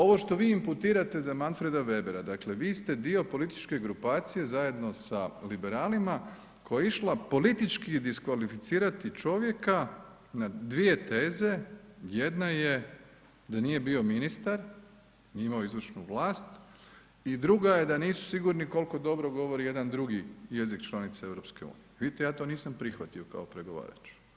Ovo što vi imputirate za Manfreda Webera, dakle vi ste dio političke grupacije zajedno sa liberalima koja je išla politički diskvalificirati čovjeka na dvije teze, jedna je da nije bio ministar, nije imao izvršnu vlast i druga je da nisu sigurni koliko dobro govori jedan drugi jezik članica EU, vidite ja to nisam prihvatio kao pregovarač.